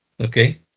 okay